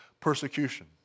persecution